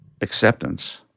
acceptance